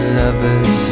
lovers